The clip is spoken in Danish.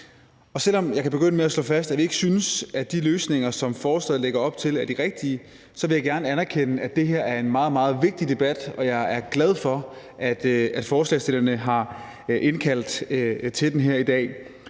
og selv om jeg kan begynde med at slå fast, at vi ikke synes, at de løsninger, som forslaget lægger op til, er de rigtige, vil jeg gerne anerkende, at det her er en meget, meget vigtig debat, og jeg er glad for, at forslagsstillerne har indkaldt til den her i dag.